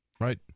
right